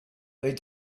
that